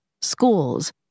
schools